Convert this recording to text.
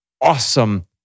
awesome